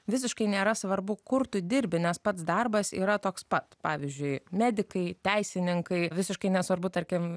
visiškai nėra svarbu kur tu dirbi nes pats darbas yra toks pat pavyzdžiui medikai teisininkai visiškai nesvarbu tarkim